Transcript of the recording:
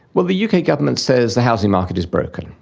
well, the uk government says the housing market is broken.